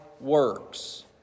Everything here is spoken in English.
works